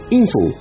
info